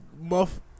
muff